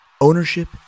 Ownership